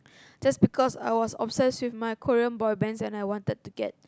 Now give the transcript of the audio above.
just because I was obsessed with my Korean Boybands and I wanted to get